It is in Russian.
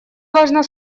должна